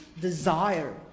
desire